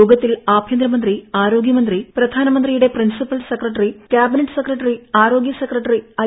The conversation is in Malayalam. യോഗത്തിൽ ആഭ്യന്തരമന്ത്രി ആരോഗ്യമന്ത്രി പ്രധാനമന്ത്രിയുടെ പ്രിൻസിപ്പൽ സെക്രട്ടറി കാബിനറ്റ് സെക്രട്ടറി ആരോഗ്യ സെക്രട്ടറി ഐ